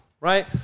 right